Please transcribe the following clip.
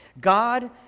God